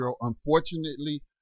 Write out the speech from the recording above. Unfortunately